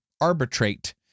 arbitrate